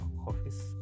office